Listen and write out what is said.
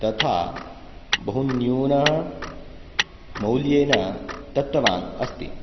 तथा बहु न्यूनामौल्येन दत्तवान् अस्ति